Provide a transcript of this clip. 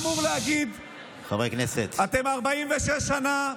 אתם 46 שנה,